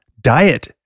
Diet